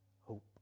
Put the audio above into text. hope